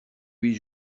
huit